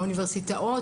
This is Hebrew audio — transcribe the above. האוניברסיטאות,